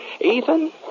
Ethan